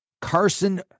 Carson